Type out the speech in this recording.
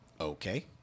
okay